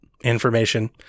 information